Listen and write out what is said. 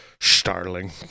starling